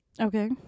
okay